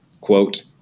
quote